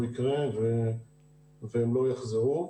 יחזרו.